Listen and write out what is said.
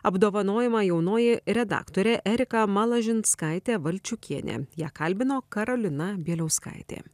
apdovanojama jaunoji redaktorė erika malažinskaitė valčiukienė ją kalbino karolina bieliauskaitė